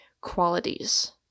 qualities